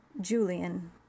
Julian